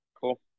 Cool